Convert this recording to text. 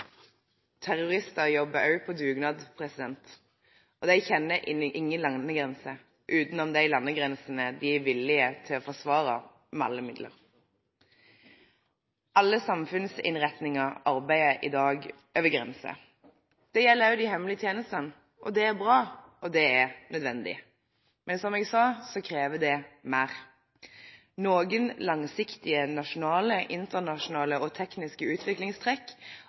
Terrorister jobber også på dugnad, og de kjenner ingen landegrenser utenom de landegrensene de er villige til å forsvare med alle midler. Alle samfunnsinnretninger arbeider i dag over grenser. Det gjelder også de hemmelige tjenestene. Det er bra, og det er nødvendig. Men som jeg sa, krever det mer. Noen langsiktige nasjonale, internasjonale og tekniske utviklingstrekk